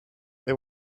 they